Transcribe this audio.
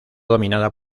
dominada